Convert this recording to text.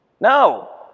No